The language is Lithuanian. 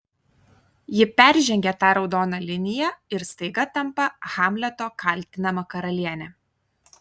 ji peržengia tą raudoną liniją ir staiga tampa hamleto kaltinama karaliene